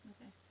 Okay